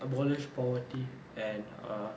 abolish poverty and uh